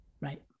Right